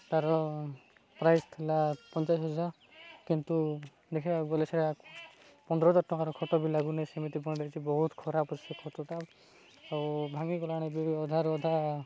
ତା'ର ପ୍ରାଇସ୍ ଥିଲା ପଞ୍ଚାଳିଶ ହଜାର କିନ୍ତୁ ଦେଖିବାକୁ ଗଲେ ସେଇଟା ପନ୍ଦର ହଜାର ଟଙ୍କାର ଖଟ ବି ଲାଗୁନି ସେମିତି ବନାଯାଇଛି ବହୁତ ଖରାପ ସେ ଖଟଟା ଆଉ ଭାଙ୍ଗି ଗଲାଣି ବି ଅଧାରୁ ଅଧା